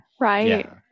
Right